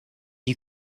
you